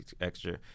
extra